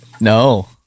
No